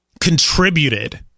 contributed